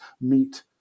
meet